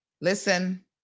listen